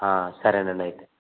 సరేనండి అయితే